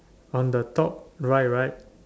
on the top right right